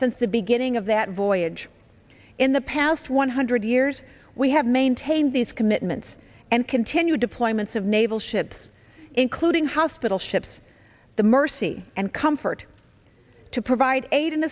since the beginning of that voyage in the past one hundred years we have maintained these commitments and continue deployments of naval ships including hospital ships the mercy and comfort to provide aid and